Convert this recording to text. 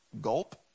Gulp